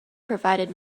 provided